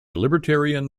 libertarian